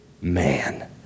man